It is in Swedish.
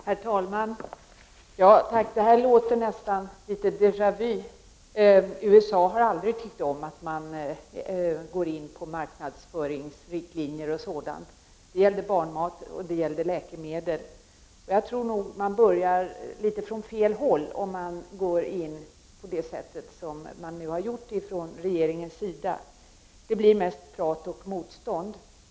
Herr talman! Ja tack, det här låter nästan litet déja vu: USA har aldrig tyckt om att man går in på marknadsföringsriktlinjer och sådant när det gäller barnmat och läkemedel. Jag tror att man börjar från fel håll om man går in på det sätt som regeringen nu har gjort. Det blir då mest prat och mot stånd.